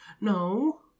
No